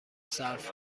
صرف